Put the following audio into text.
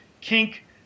kink